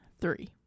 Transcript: three